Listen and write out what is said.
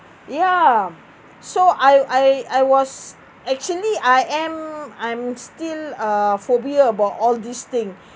ya so I I I was actually I am I'm still uh phobia about all this thing